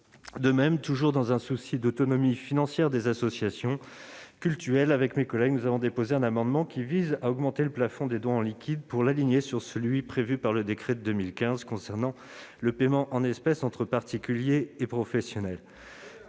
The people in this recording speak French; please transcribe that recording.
De même, toujours dans un souci d'autonomie financière des associations cultuelles, nous avons, avec mes collègues, déposé un amendement visant à augmenter le plafond des dons en liquide pour l'aligner sur celui qu'a prévu le décret de 2015 concernant le paiement en espèces entre particuliers et professionnels.